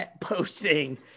posting